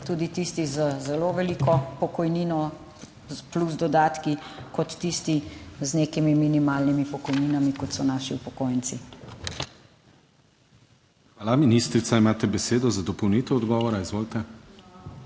tudi tisti z zelo veliko pokojnino plus dodatki kot tisti z nekimi minimalnimi pokojninami, kot so naši upokojenci. Hvala. PODPREDSEDNIK DANIJEL KRIVEC: Ministrica, imate besedo za dopolnitev odgovora. Izvolite.